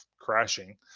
crashing